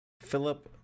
Philip